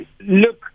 Look